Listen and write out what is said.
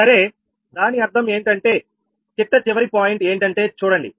సరే దాని అర్థం ఏంటంటే చిట్టచివరి పాయింట్ ఏంటంటే చూడండి